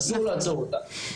אסור לעצור אותה.